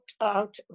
out